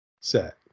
set